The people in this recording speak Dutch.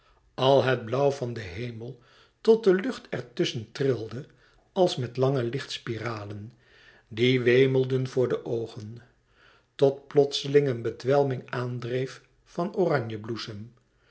al het blauw van den hemel tot de lucht er tusschen trilde als met lange lichtspiralen die wemelden voor de oogen tot plotseling een bedwelming aandreef van oranjebloesem